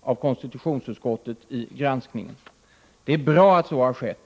av konstitutionsutskottet i årets granskning. Det är bra att så har skett.